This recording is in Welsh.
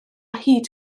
hyd